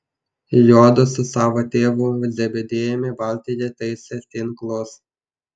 juodu su savo tėvu zebediejumi valtyje taisė tinklus